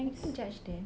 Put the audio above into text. I didn't judge them